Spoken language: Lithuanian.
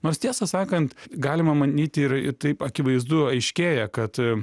nors tiesą sakant galima manyti ir ir taip akivaizdu aiškėja kad